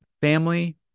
family